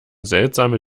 seltsame